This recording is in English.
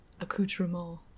accoutrement